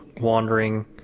wandering